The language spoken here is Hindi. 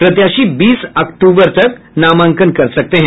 प्रत्याशी बीस अक्टूबर तक नामांकन कर सकते हैं